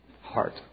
heart